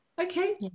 Okay